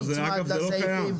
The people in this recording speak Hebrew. אגב, זה לא קיים.